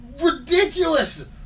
ridiculous